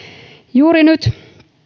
juuri nyt